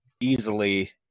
easily